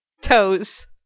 Toes